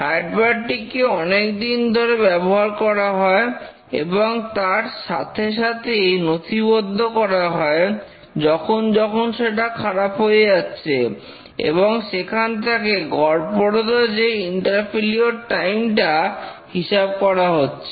হার্ডওয়ারটিকে অনেকদিন ধরে ব্যবহার করা হয় এবং তার সাথে সাথেই নথিবদ্ধ করা হয় যখন যখন সেটা খারাপ হয়ে যাচ্ছে এবং সেখান থেকে গড়পরতা যে ইন্টার ফেলিওর টাইম টা হিসাব করা হচ্ছে